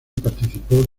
participó